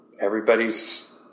Everybody's